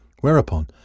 Whereupon